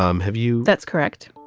um have you? that's correct.